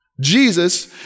Jesus